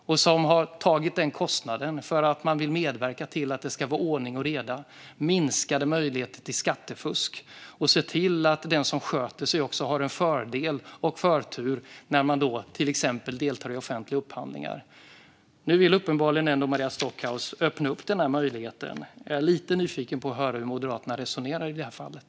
Man har tagit den kostnaden för att man vill medverka till ordning och reda och minskade möjligheter till skattefusk. Den som sköter sig ska också ha en fördel och förtur vid till exempel offentliga upphandlingar. Nu vill uppenbarligen ändå Maria Stockhaus öppna denna möjlighet. Jag är lite nyfiken på att höra hur Moderaterna resonerar i det här fallet.